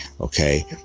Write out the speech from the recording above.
Okay